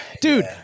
dude